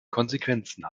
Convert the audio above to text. konsequenzen